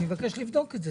אני מבקש לבדוק את זה,